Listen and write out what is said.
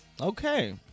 okay